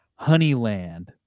Honeyland